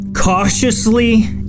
Cautiously